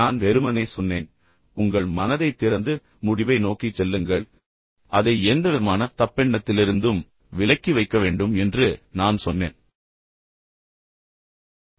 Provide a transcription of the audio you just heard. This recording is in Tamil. நான் வெறுமனே சொன்னேன் உங்கள் மனதைத் திறந்து முடிவை நோக்கிச் செல்லுங்கள் மனதைத் திறந்து முடிவை நோக்கி அதை எந்தவிதமான தப்பெண்ணத்திலிருந்தும் விலக்கி வைக்க வேண்டும் என்று நான் சொன்னேன்